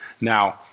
Now